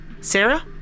Sarah